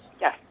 Yes